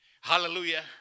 Hallelujah